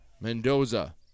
Mendoza